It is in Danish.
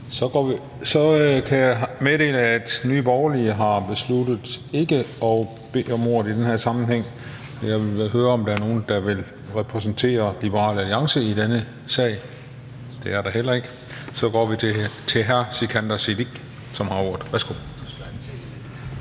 Så kan jeg meddele, at Nye Borgerlige har besluttet ikke at bede om ordet i den her sammenhæng. Jeg vil høre, om der er nogen, der vil repræsentere Liberal Alliance i denne sag. Det er der heller ikke. Så går vi til hr. Sikandar Siddique, som har ordet.